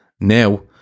Now